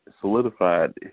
solidified